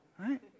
Right